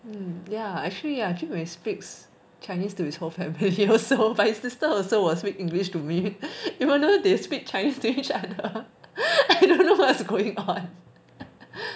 um yeah actually I feel when he speaks chinese to his whole family also but his sister will speak english to me even though they speak chinese to each other I don't know what's going on